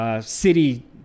city